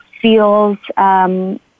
feels